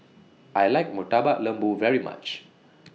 I like Murtabak Lembu very much